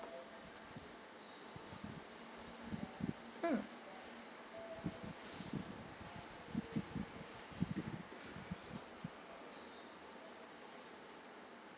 mm